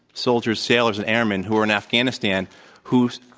soldiers, sailors and airmen who are in afghanistan who,